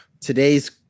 today's